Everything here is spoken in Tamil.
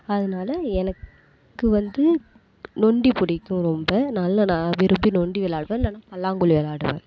அதனால எனக்கு வந்து நொண்டி பிடிக்கும் ரொம்ப நல்ல நான் விரும்பி நொண்டி விளாடுவேன் இல்லைனா பல்லாங்குழி விளாடுவேன்